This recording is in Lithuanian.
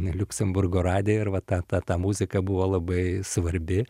na liuksemburgo radija ir va ta ta ta muzika buvo labai svarbi